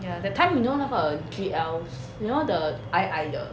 ya that time you know 那个 G_L you know the 矮矮的